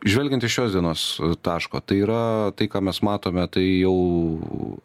žvelgiant iš šios dienos taško tai yra tai ką mes matome tai jau